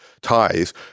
ties